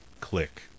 click